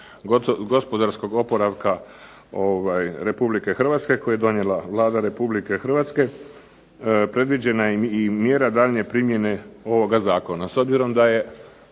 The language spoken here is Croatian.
gospodarskog oporavka Republike Hrvatske koji je donijela Vlada Republike Hrvatske predviđena je i mjera daljnje primjene ovoga zakona. S obzirom da je,